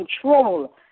control